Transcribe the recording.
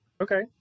Okay